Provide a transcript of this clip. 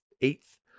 eighth